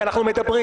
כי אנחנו מדברים,